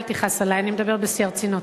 אל תכעס עלי, אני מדברת בשיא הרצינות.